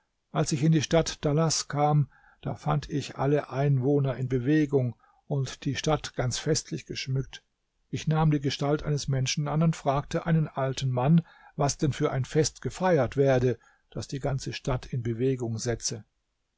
als ich in die stadt dalaß kam da fand ich alle einwohner in bewegung und die stadt ganz festlich geschmückt ich nahm die gestalt eines menschen an und fragte einen alten mann was denn für ein fest gefeiert werde das die ganze stadt in bewegung setze